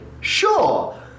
sure